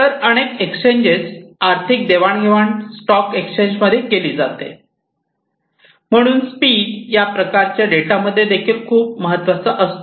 तर अनेक एक्सचेंज आर्थिक देवाणघेवाण स्टॉक एक्सचेंजमध्ये केली जाते म्हणून स्पीड या प्रकारच्या डेटामध्ये देखील खूप महत्वाचा असतो